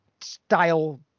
style